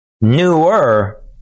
newer